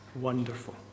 wonderful